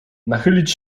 nachylić